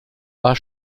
war